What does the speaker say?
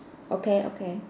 okay okay